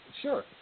Sure